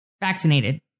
Vaccinated